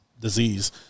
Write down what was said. disease